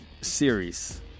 series